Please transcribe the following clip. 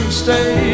stay